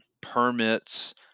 permits